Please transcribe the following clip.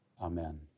amen